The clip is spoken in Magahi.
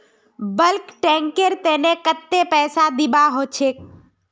बल्क टैंकेर तने कत्ते पैसा दीबा ह छेक